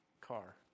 car